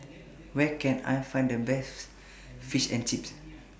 Where Can I Find The Best Fish and Chips